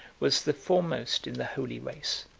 was the foremost in the holy race.